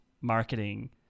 marketing